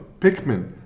Pikmin